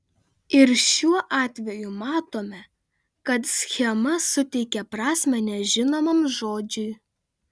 ir šiuo atveju matome kad schema suteikia prasmę nežinomam žodžiui